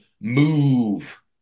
move